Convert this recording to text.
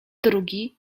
drugi